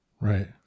Right